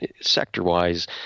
sector-wise